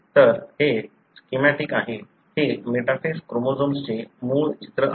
तर हे स्केमॅटिक आहे हे मेटाफेस क्रोमोझोम्सचे मूळ चित्र आहे